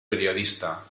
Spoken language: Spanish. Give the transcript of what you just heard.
periodista